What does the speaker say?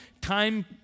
time